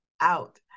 out